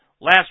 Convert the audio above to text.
Last